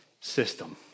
system